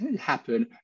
happen